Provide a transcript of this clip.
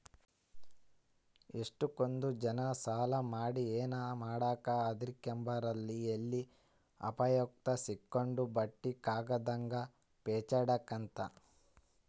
ಎಷ್ಟಕೊಂದ್ ಜನ ಸಾಲ ಮಾಡಿ ಏನನ ಮಾಡಾಕ ಹದಿರ್ಕೆಂಬ್ತಾರ ಎಲ್ಲಿ ಅಪಾಯುಕ್ ಸಿಕ್ಕಂಡು ಬಟ್ಟಿ ಕಟ್ಟಕಾಗುದಂಗ ಪೇಚಾಡ್ಬೇಕಾತ್ತಂತ